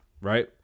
right